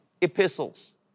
epistles